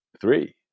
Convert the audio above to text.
three